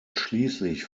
schließlich